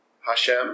Hashem